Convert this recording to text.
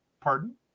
Pardon